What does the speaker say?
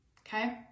Okay